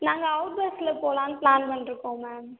நாங்கள் அவுட் பஸ்ஸில் போலாம்ன்னு பிளான் பண்ணிருயிருக்கோம் மேம்